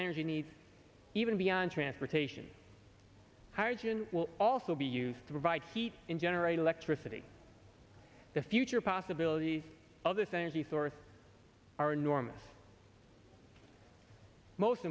energy needs even beyond transportation arjen will also be used to provide heat and generate electricity the future possibilities of this energy source are enormous most